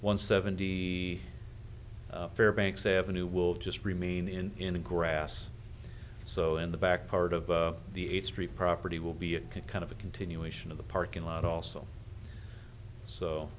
one seventy fairbanks avenue will just remain in the grass so in the back part of the eighth street property will be a kind of a continuation of the parking lot also so